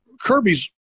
Kirby's